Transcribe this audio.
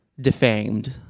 defamed